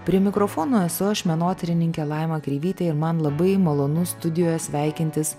prie mikrofono esu aš menotyrininkė laima kreivytė ir man labai malonu studijoje sveikintis